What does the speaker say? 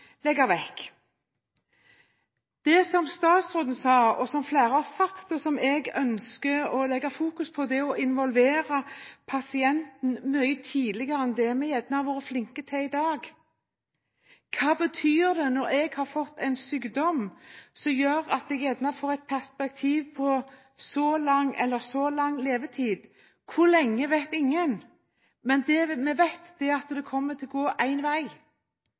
vekk. Det statsråden sa, som flere har sagt, og som jeg ønsker å fokusere på, er å involvere pasienten mye tidligere enn det vi gjerne har klart i dag. Hva betyr det når jeg har fått en sykdom, som gjør at jeg kanskje får et perspektiv på så lang eller så lang levetid? Hvor lenge vet ingen, men det vi vet, er at det kommer til å gå én vei.